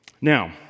Now